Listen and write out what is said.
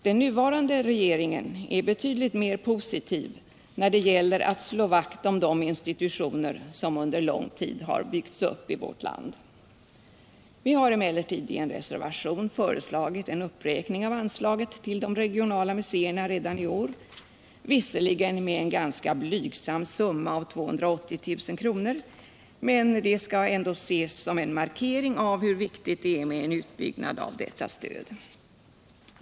Den nuvarande regeringen är betydligt mer positiv när det gäller att slå vakt om de institutioner som under lång tid har byggts upp i vårt land. Vi har emellertid i en reservation föreslagit en uppräkning av anslaget till de regionala museerna redan i år, visserligen med en ganska blygsam summa av 280 000 kr., men det skall ändå ses som en markering av hur viktigt det är med en utbyggnad av detta stöd.